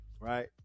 right